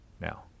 now